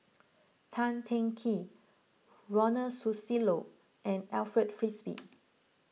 Tan Teng Kee Ronald Susilo and Alfred Frisby